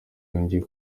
yongeye